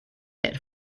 that